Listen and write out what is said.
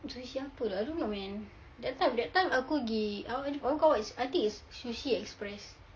sushi apa lah I don't know man that time that time aku pergi I don't know called what I think it's sushi express